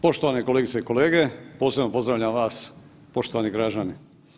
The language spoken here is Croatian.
Poštovane kolegice i kolege, posebno pozdravljam vas, poštovani građani.